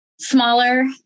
smaller